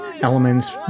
elements